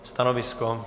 Stanovisko?